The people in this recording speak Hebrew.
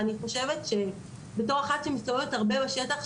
אז אני אתמצת את זה לכיוון של ההיקפים,